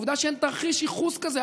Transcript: העובדה שאין תרחיש ייחוס כזה,